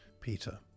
Peter